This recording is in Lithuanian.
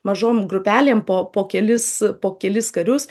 mažom grupelėm po po kelis po kelis karius